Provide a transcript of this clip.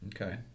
Okay